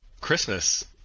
Christmas